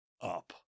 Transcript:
up